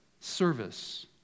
Service